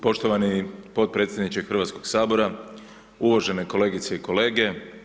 Poštovani potpredsjedniče Hrvatskog sabora, uvažene kolegice i kolege.